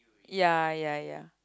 ya ya ya